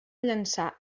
llançar